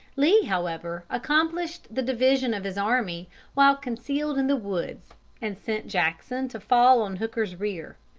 lee, however, accomplished the division of his army while concealed in the woods and sent jackson to fall on hooker's rear.